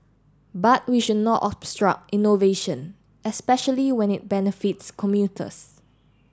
but we should not obstruct innovation especially when it benefits commuters